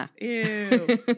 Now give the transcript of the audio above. Ew